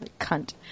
Cunt